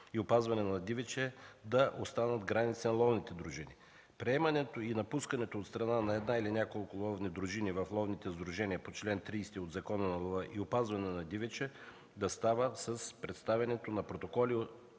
и опазване на дивеча, да останат в границите на ловните дружини. Приемането и напусканите от страна на една или няколко ловни дружини в ловните сдружения по чл. 30 от Закона за лова и опазване на дивеча да става с представянето на протоколи